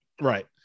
Right